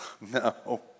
No